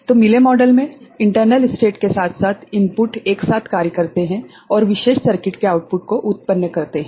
तो मिले मॉडल में इंटरनल स्टेट के साथ साथ इनपुट एक साथ कार्य करते हैं और विशेष सर्किट के आउटपुट को उत्पन्न करते हैं